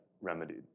remedied